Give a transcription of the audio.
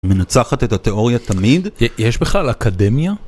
מנצחת את התיאוריה תמיד? יש בכלל אקדמיה?